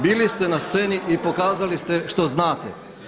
Bili ste na sceni i pokazali ste što znate.